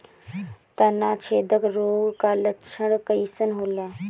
तना छेदक रोग का लक्षण कइसन होला?